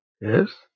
yes